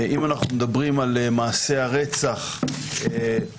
אם אנחנו מדברים על מעשי הרצח השנה,